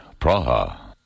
Praha